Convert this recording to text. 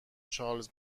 چارلز